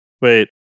wait